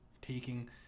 taking